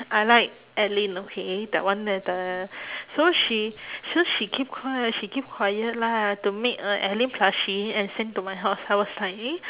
I like alyn okay that one where the so she so she keep quiet she keep quiet lah to make a alyn plushie and send to my house I was like eh